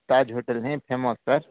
Taj hotel ହିଁ famous sir